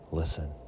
Listen